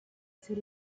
ser